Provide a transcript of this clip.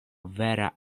vera